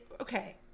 okay